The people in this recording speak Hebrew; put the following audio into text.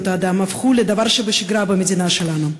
האדם הפכו לדבר שבשגרה במדינה שלנו,